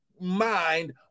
mind